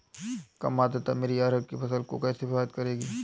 कम आर्द्रता मेरी अरहर की फसल को कैसे प्रभावित करेगी?